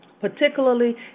particularly